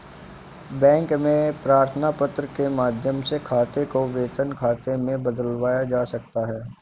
bank में प्रार्थना पत्र के माध्यम से खाते को वेतन खाते में बदलवाया जा सकता है